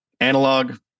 analog